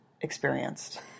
experienced